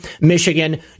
Michigan